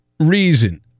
reason